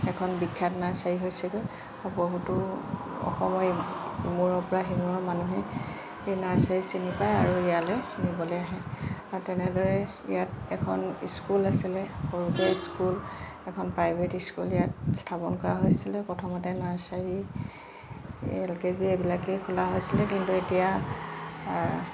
এখন বিখ্যাত নাৰ্চাৰী হৈছেগৈ আৰু বহুতো অসমৰ ইমূৰৰপৰা সিমূৰৰ মানুহে সেই নাৰ্চাৰী চিনি পায় আৰু ইয়ালৈ নিবলৈ আহে আৰু তেনেদৰে ইয়াত এখন স্কুল আছিলে সৰুকৈ স্কুল এখন প্ৰাইভেট স্কুল ইয়াত স্থাপন কৰা হৈছিলে প্ৰথমতে নাৰ্চাৰী এল কে জি এইবিলাকেই খোলা হৈছিলে কিন্তু এতিয়া